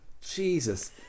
Jesus